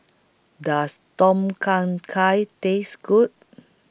Does Tom Kha Gai Taste Good